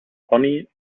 pony